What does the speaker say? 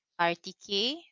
RTK